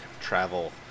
travel